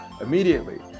immediately